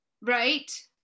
right